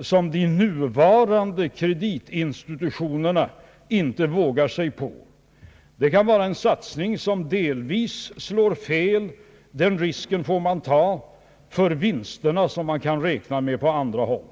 som de nuvarande kreditinstitutionerna inte vågar sig på. Det kan vara en satsning, som delvis slår fel. Den risken får man ta för de vinster man kan räkna med på annat håll.